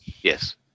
Yes